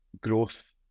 growth